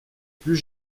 plus